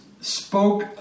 spoke